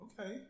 Okay